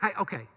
okay